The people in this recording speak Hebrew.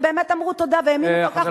שבאמת אמרו תודה והאמינו כל כך בממסד,